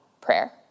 prayer